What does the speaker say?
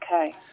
Okay